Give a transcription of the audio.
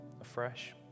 afresh